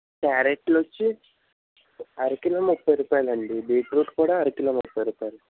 క్యారెట్లొచ్చి అరకిలో ముప్పై రూపాయిలండి బీట్రూట్ కూడా అరకిలో ముప్పై రూపాయిలు